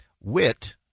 wit